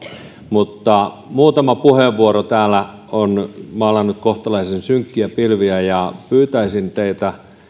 mutta muutama puheenvuoro täällä on maalannut kohtalaisen synkkiä pilviä ja pyytäisin teitä